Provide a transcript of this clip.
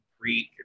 Greek